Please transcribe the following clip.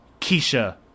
Keisha